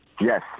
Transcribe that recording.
Yes